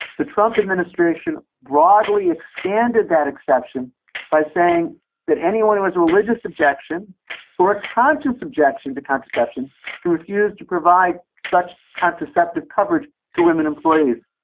the trump administration broadly expanded that exception by saying that anyone who was religious objection or a conscience objection to contraception refused to provide such contraceptive coverage to women employees.